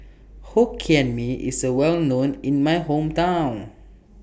Hokkien Mee IS A Well known in My Hometown